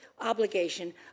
obligation